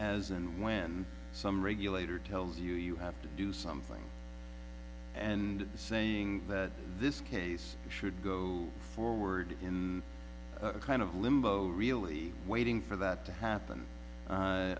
as and when some regulator tells you you have to do something and saying that this case should go forward in a kind of limbo really waiting for that to happen